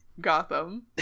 Gotham